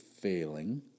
failing